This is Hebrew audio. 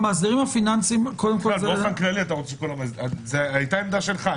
זו היתה עמדה שלך.